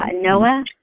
Noah